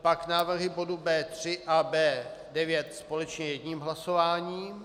Pak návrhy bodů B3 a B9 společně jedním hlasováním.